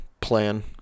plan